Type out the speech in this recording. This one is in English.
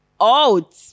out